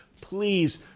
Please